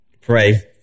pray